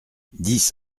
dix